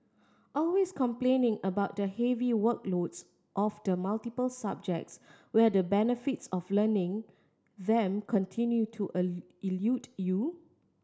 always complaining about the heavy workloads of the multiple subjects where the benefits of learning them continue to elude you